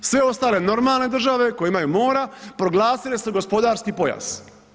Sve otale normalne države koje imaju mora proglasile su gospodarski pojas.